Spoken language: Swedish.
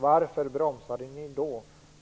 Varför bromsade ni då?